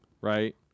right